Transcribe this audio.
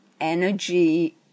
energy